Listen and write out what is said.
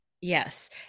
Yes